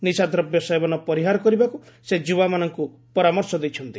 ନିଶାଦ୍ରବ୍ୟ ସେବନ ପରିହାର କରିବାକୃ ସେ ଯୁବାମାନଙ୍କୁ ପରାମର୍ଶ ଦେଇଛନ୍ତି